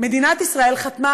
מדינת ישראל חתמה,